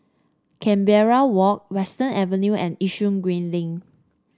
Canberra Walk Western Avenue and Yishun Green Link